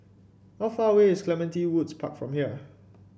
how far away is Clementi Woods Park from here